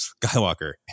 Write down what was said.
Skywalker